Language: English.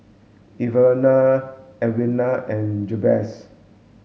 Evalena Edwina and Jabez